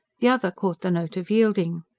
the other caught the note of yielding.